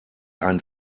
ein